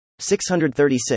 636